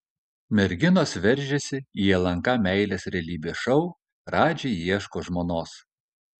merginos veržiasi į lnk meilės realybės šou radži ieško žmonos